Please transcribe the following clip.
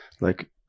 like-